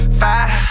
five